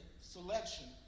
selection